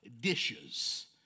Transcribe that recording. dishes